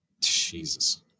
Jesus